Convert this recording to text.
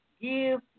Give